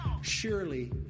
Surely